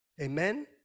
amen